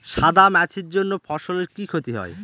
সাদা মাছির জন্য ফসলের কি ক্ষতি হয়?